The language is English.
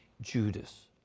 Judas